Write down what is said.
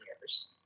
years